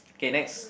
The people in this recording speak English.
K next